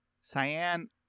Cyan